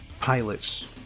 pilot's